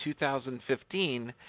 2015